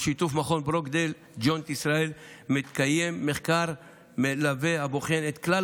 בשיתוף מכון ברוקדייל-ג'וינט ישראל מתקיים מחקר מלווה הבוחן את כלל